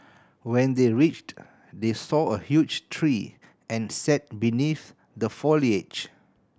when they reached they saw a huge tree and sat beneath the foliage